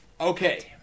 Okay